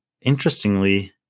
Interestingly